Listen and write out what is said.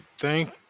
thank